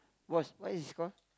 what's what is it call